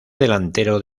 delantero